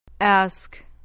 Ask